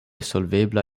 solvebla